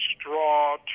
straw